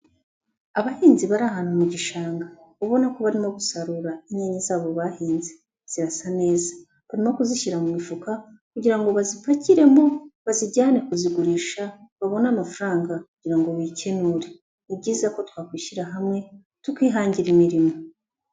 Abahinzi bari ahantu mu gishanga, ubona ko barimo gusarura inyanya zabo bahinze, zirasa neza, barimo kuzishyira mu mifuka kugira ngo bazipakiremo bazijyane kuzigurisha babone amafaranga kugira ngo bikenure, ni byiza ko twakwishyira hamwe tukihangira imirimo.